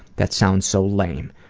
that sounds so lame.